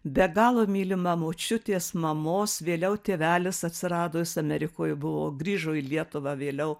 be galo mylima močiutės mamos vėliau tėvelis atsiradus amerikoje buvo grįžo į lietuvą vėliau